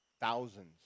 Thousands